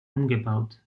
umgebaut